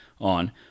on